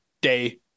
day